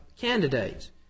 candidates